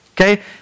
Okay